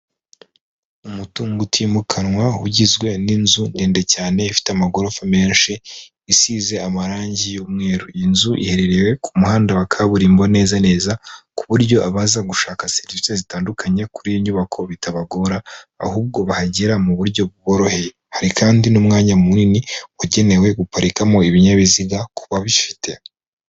Umutungo utimukanwa ugizwe n'inzu ndende cyane ifite amagorofa menshi isize amarangi y'umweru, iyi nzu ihererewe ku muhanda wa kaburimbo neza neza, ku buryo abaza gushaka serivisi zitandukanye kuri iyo nyubako bitabagora ahubwo bahagera mu buryo bworoshye; hari kandi n'umwanya munini ugenewe guparikamo ibinyabiziga ku ba bifite.